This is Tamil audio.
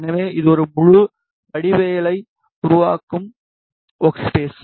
எனவே இது ஒரு முழு வடிவவியலை உருவாக்கும் வோர்க்ஸ்பேஸ்